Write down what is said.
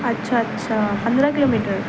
اچھا اچھا پندرہ کلو میٹر